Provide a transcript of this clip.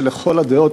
שלכל הדעות,